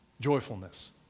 Joyfulness